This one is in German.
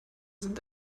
sind